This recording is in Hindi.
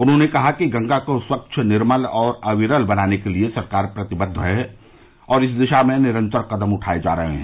उन्होने कहा कि गंगा को स्वच्छ निर्मल और अविरल बनाने के लिए सरकार प्रतिबद्द है और इस दिशा में निरन्तर कदम उठाए जा रहे हैं